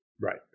Right